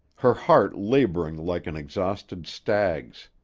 her heart laboring like an exhausted stag's,